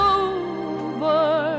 over